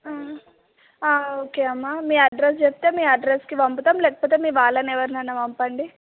ఆ ఓకే అమ్మ మీ అడ్రస్ చెప్తే మీ అడ్రస్కి పంపుతాం లేకపోతే మీ వాళ్ళని ఎవరినైనా పంపండి